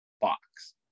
box